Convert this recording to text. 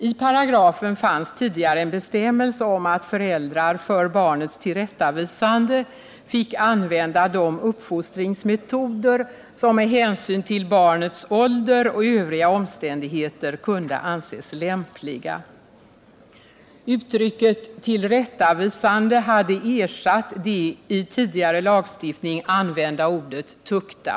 I paragrafen fanns tidigare en bestämmelse om att föräldrar för barnets tillrättavisande fick använda de uppfostringsmetoder som med hänsyn till barnets ålder och övriga omständigheter kunde anses lämpliga. Uttrycket ”tillrättavisa” hade ersatt det tidigare i lagstiftningen använda ordet ”tukta”.